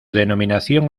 denominación